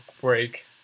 break